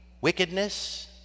Wickedness